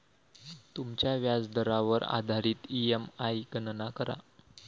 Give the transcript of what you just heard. तुमच्या व्याजदरावर आधारित ई.एम.आई गणना करा